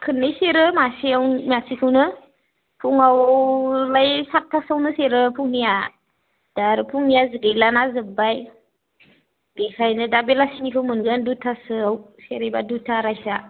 खोननै सेरो मासेखौनो फुङावलाय सातथासोआवनो सेरो फुंनिया दा आरो फुंनिया गैलाना जोब्बाय बेखायनो दा बेलासेखौ मोनगोन दुथासोआव सेरोब्ला दुथा आरायथा